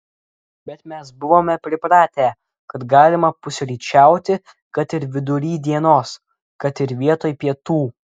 bet mes buvome pripratę kad galima pusryčiauti kad ir vidury dienos kad ir vietoj pietų